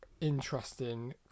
interesting